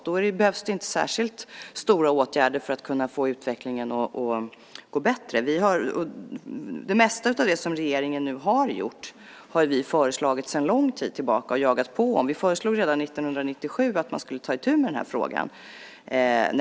Då behövs det inte särskilt stora åtgärder för att kunna få utvecklingen att gå bättre. Det mesta av det som regeringen nu har gjort är sådant som vi har föreslagit sedan lång tid tillbaka och som vi har jagat på om. Redan år 1997 sade vi att man skulle ta itu med frågan.